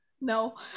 no